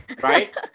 Right